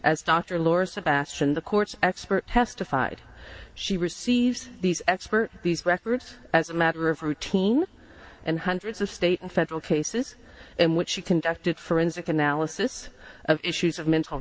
as dr laura sebastian the court's expert testified she receives these expert these records as a matter of routine and hundreds of state and federal cases in which she conducted forensic analysis of issues of mental